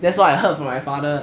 that's what I heard from my father